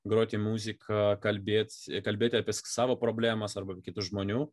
groti muziką kalbėti ir kalbėti apie savo problemas arba kitų žmonių